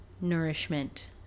nourishment